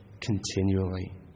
Continually